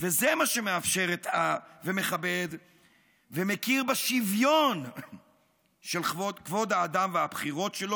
וזה מה שמאפשר ומכבד ומכיר בשוויון של כבוד האדם והבחירות שלו,